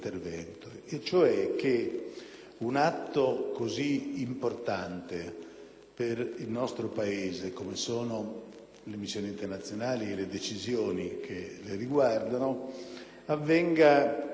per il nostro Paese, come sono le missioni internazionali e le decisioni che le riguardano, avvenga senza un reale approfondimento delle condizioni politiche